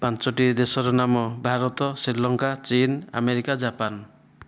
ପାଞ୍ଚଟି ଦେଶର ନାମ ଭାରତ ଶ୍ରୀଲଙ୍କା ଚୀନ ଆମେରିକା ଜାପାନ